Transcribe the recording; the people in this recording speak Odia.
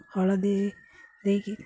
ହଳଦୀ ଦେଇକି